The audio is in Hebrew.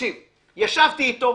ישבתי איתו,